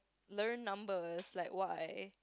learn numbers like why